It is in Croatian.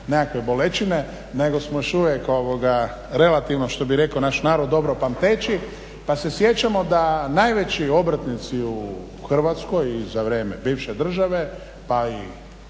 nekakve boleštine nego smo još uvijek relativno što bi rekao naš narod dobro pamteći pa se sjećamo da najveći obrtnici u Hrvatskoj i za vrijeme bivše države pa i